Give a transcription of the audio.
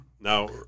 now